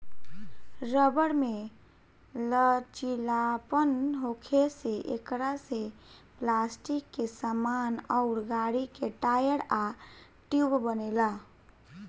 rubber में लचीलापन होखे से एकरा से पलास्टिक के सामान अउर गाड़ी के टायर आ ट्यूब बनेला